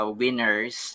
winners